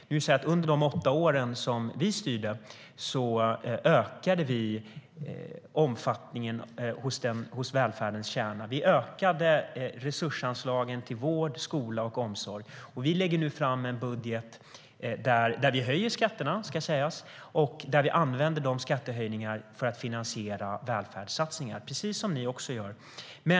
Men under de åtta åren som vi styrde ökade vi omfattningen på välfärdens kärna. Vi ökade resursanslagen till vård, skola och omsorg. Vi lägger nu fram en budget där vi höjer skatterna, vilket ska sägas, och där vi använder dessa skattehöjningar för att finansiera välfärdssatsningar, precis som ni också gör.